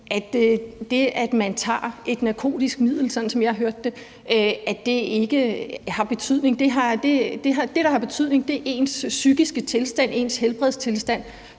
at det, at man tager et narkotisk middel, sådan som jeg hørte det, ikke har betydning; det, der har betydning, er ens psykiske tilstand og ens helbredstilstand,